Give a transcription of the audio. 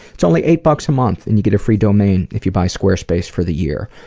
it's only eight bucks a month and you get a free domain if you buy square space for the year.